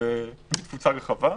בתפוצה רחבה,